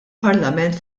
parlament